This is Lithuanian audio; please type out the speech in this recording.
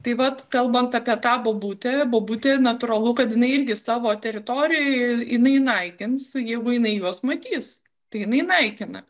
tai vat kalbant apie tą bobutę bobutė natūralu kad jinai irgi savo teritorijoj jinai naikins jeigu jinai juos matys jinai naikina